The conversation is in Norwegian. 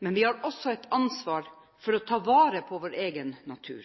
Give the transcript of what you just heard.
men vi har også et ansvar for å ta vare på vår egen natur.